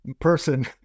person